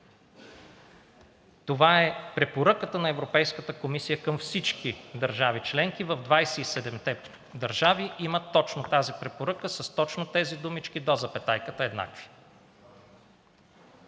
Това е препоръката на Европейската комисия към всички държави членки. В 27-те държави има точно тази препоръка с точно тези думички, до запетайката еднакви.